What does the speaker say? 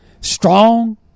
strong